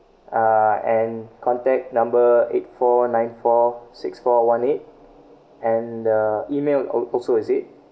uh and contact number eight four nine four six four one eight and uh email al~ also is it